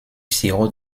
sirop